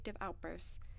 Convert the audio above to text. outbursts